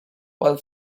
while